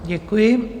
Děkuji.